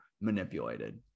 manipulated